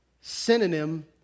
synonym